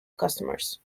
customers